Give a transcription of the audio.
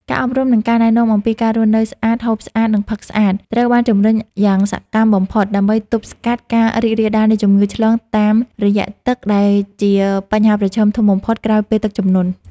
ការអប់រំ និងការណែនាំអំពីការរស់នៅស្អាត ហូបស្អាត និងផឹកស្អាត ត្រូវបានជំរុញយ៉ាងសកម្មបំផុត ដើម្បីទប់ស្កាត់ការរីករាលដាលនៃជំងឺឆ្លងតាមរយៈទឹក ដែលជាបញ្ហាប្រឈមធំបំផុតក្រោយពេលទឹកជំនន់។